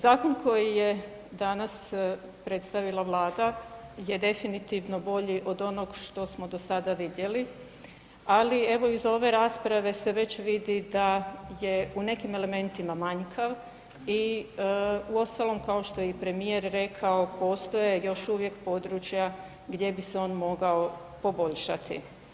Zakon koji je danas predstavila Vlada je definitivno bolji od onog što smo do sada vidjeli, ali evo, iz ove rasprave se već vidi da je u nekim elementima manjkav i uostalom, kao što je i premijer rekao, postoje još uvijek područja gdje bi se on mogao poboljšati.